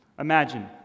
Imagine